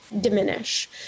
diminish